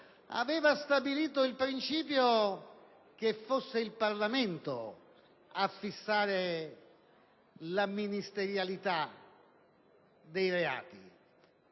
ha stabilito il principio che sia il Parlamento a fissare la ministerialità dei reati.